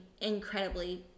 incredibly